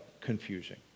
confusing